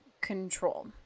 control